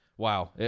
Wow